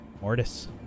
Mortis